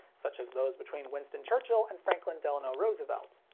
such as those between winston churchill and franklin delano roosevelt.